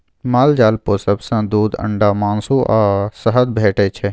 माल जाल पोसब सँ दुध, अंडा, मासु आ शहद भेटै छै